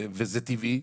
וזה טבעי.